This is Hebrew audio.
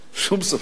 שום ספק,